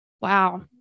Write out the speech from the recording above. Wow